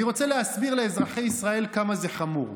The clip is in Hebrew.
אני רוצה להסביר לאזרחי ישראל כמה זה חמור,